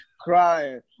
crying